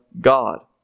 God